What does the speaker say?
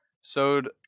sowed